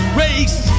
race